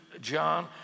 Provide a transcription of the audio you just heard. John